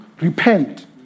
repent